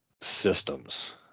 systems